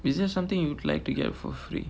is there something you'd like to get for free